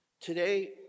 Today